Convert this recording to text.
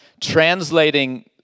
translating